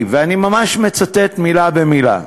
ואני ממש מצטט מילה במילה,